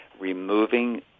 removing